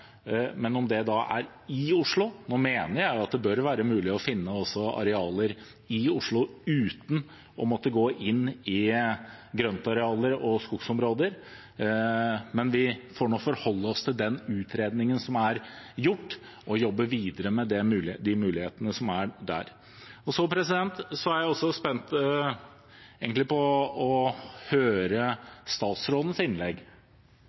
Oslo uten å måtte gå inn i grøntarealer og skogsområder, men vi får nå forholde oss til den utredningen som er gjort, og jobbe videre med de mulighetene som er der. Så er jeg også spent på å høre statsrådens innlegg,